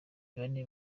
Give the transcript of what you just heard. bane